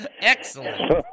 Excellent